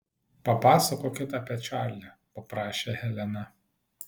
papasakokit apie čarlį paprašė helena